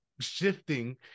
shifting